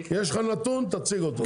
אם יש לך נתון, תציג אותו.